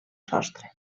sostre